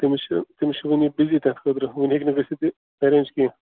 تٔمِس چھِ تٔمِس چھُ وُنہِ بِزی تتھ خٲطرٕ وُنہِ ہیٚکہِ نہٕ گٔژھِتھ یہِ اَرینٛج کیٚنٛہہ